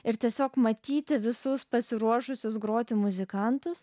ir tiesiog matyti visus pasiruošusius groti muzikantus